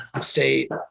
state